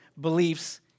beliefs